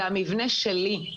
זה המבנה שלי,